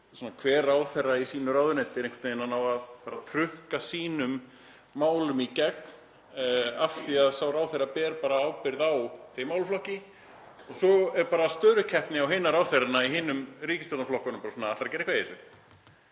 hver ráðherra í sínu ráðuneyti nái einhvern veginn að trukka sínum málum í gegn af því að sá ráðherra ber bara ábyrgð á þeim málaflokki og svo er bara störukeppni við ráðherrana í hinum ríkisstjórnarflokkunum: Ætlar þú að gera eitthvað í þessu?